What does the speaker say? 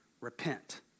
repent